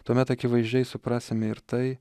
tuomet akivaizdžiai suprasime ir tai